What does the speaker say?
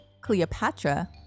Cleopatra